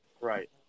right